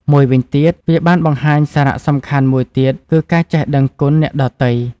មួយវិញទៀត វាបានបង្ហាញសារៈសំខាន់មួយទៀតគឺ ការចេះដឹងគុណអ្នកដទៃ។